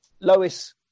Lois